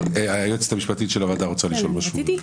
היועצת המשפטית של הוועדה רוצה לשאול משהו.